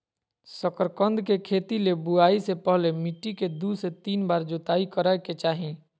शकरकंद के खेती ले बुआई से पहले मिट्टी के दू से तीन बार जोताई करय के चाही